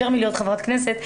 יותר מלהיות חברת כנסת,